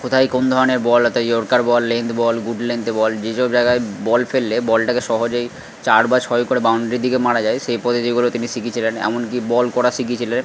কোথায় কোন ধরনের বল অর্থাৎ yorker ball length ball good length ball যেসব জায়গায় বল ফেললে বলটাকে সহজেই চার বা ছয় করে বাউন্ডারির দিকে মারা যায় সেই পদ্ধতিগুলো তিনি শিখিয়েছিলেন এমনকি বল করা শিখিয়েছিলেন